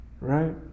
right